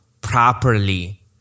properly